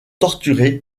torturés